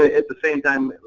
ah at the same time,